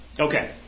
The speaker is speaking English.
Okay